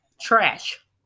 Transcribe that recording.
trash